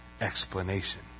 explanation